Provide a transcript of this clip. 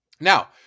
Now